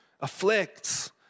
afflicts